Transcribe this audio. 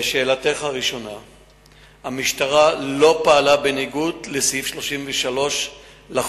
1. המשטרה לא פעלה בניגוד לסעיף 33 לחוק